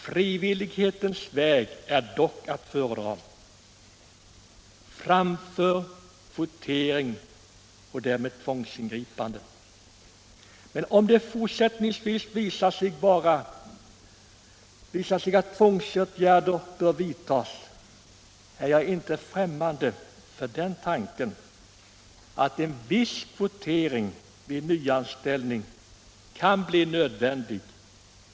Frivillighetens väg är dock att föredra framför kvotering och därmed tvångsingripande. Om det i fortsättningen visar sig att tvångsåtgärder bör vidtas är jag inte främmande för tanken att en viss kvotering vid nyanställning kan bli nödvändig.